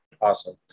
Awesome